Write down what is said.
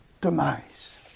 demise